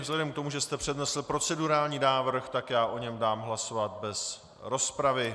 Vzhledem k tomu, že jste přednesl procedurální návrh, tak o něm dám hlasovat bez rozpravy.